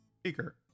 speaker